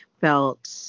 felt